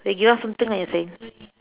they give us something I think